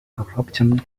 corruption